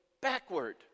backward